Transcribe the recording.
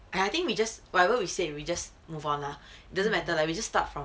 and I think we just whatever we say we just move on lah doesn't matter lah we just start from